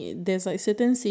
passion